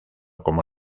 como